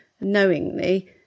knowingly